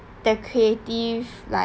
the creative like